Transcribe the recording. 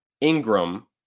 Ingram